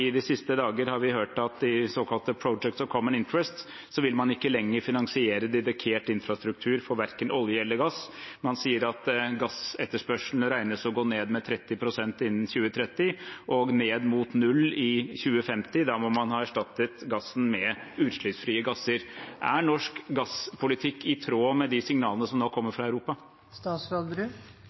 De siste dagene har vi hørt at i såkalte Projects of Common Interest vil man ikke lenger finansiere dedikert infrastruktur for verken olje eller gass. Man sier at gassetterspørselen regnes å gå ned med 30 pst. i 2030 og ned mot null i 2050. Da må man erstatte gassen med utslippsfrie gasser. Er norsk gasspolitikk i tråd med de signalene som nå kommer fra Europa?